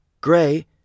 Gray